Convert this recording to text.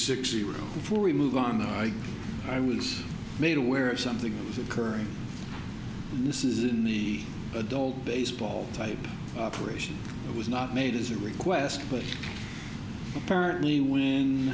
with before we move on i i was made aware of something that was occurring and this is in the adult baseball type operation it was not made as a request but apparently when